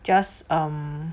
just um